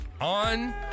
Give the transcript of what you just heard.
on